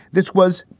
this was,